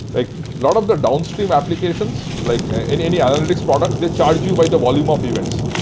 like lot of the downstream applications, like in any analytics product, they charge you by the volume of events.